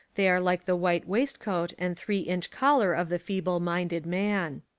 they are like the white waistcoat and three inch collar of the feeble-minded man.